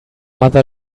mother